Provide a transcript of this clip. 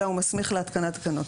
אלא הוא מסמיך להתקנת תקנות,